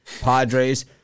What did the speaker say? Padres